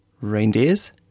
Reindeers